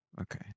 Okay